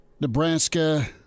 Nebraska